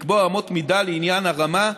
לקבוע אמות מידה לעניין הרמה,